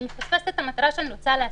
אני מפספסת את המטרה שאני רוצה להשיג.